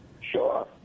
Sure